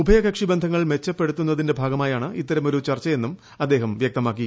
ഉഭയകക്ഷി ബന്ധങ്ങൾ മെച്ചപ്പെടുത്തുന്നതിന്റെ ഭാഗമായാണ് ഇത്തരമൊരു ചർച്ചയെന്നും അദ്ദേഹം വ്യക്തമാക്കി